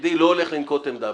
בתפקידי לא הולך לנקוט עמדה,